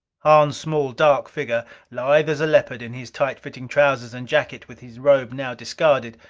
hahn's small dark figure, lithe as a leopard in his tight fitting trousers and jacket with his robe now discarded,